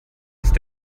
ist